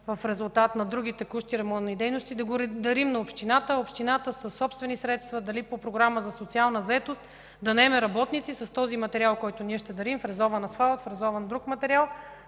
в резултат на други текущи ремонтни дейности. Да го дарим на общината, а общината със собствени средства – дали по програма за социална заетост да наеме работници с този материал, който ние ще дарим – фрезован асфалт, фрезован друг материал,